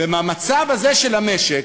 ובמצב הזה של המשק,